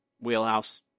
wheelhouse